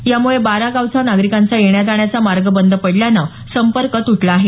यामुळे बारा गावाचा नागरिकांचा येण्या जाण्याचा मार्ग बंद पडल्याने संपर्क तुटला आहे